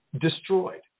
destroyed